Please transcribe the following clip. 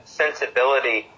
sensibility